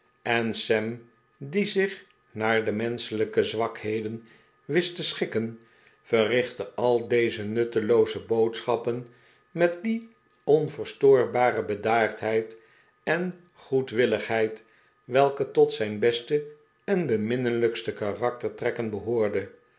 en sam die zich naar de menschelijke zwakheden wist te schikken verrichtte al deze nuttelooze boodschappen met die onverstoorbare bedaardheid en goedwilligheid welke tot zijn beste en beminnelijkste karaktertrekken behoorden